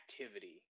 activity